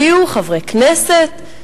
הביאו חברי כנסת,